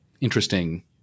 interesting